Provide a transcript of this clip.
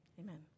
Amen